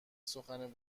سخن